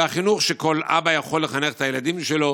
והחינוך, שכל אבא יכול לחנך את הילדים שלו